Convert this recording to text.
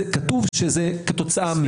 כתוב שזה כתוצאה מזה.